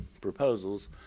proposals